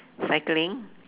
cycling